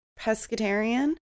pescatarian